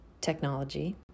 technology